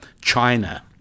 China